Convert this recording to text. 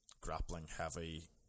grappling-heavy